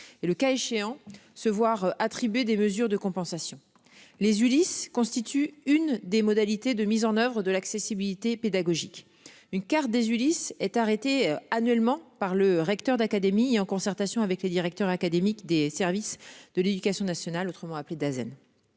le cas échéant se voir attribuer des mesures de compensation les Ulis, constitue une des modalités de mise en oeuvre de l'accessibilité pédagogique, une carte des Ulis est arrêté annuellement par le recteur d'académie en concertation avec les directeur académique des services de l'éducation nationale, autrement appelé Dasen.